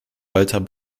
walter